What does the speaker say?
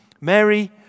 Mary